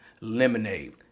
lemonade